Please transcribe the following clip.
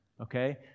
okay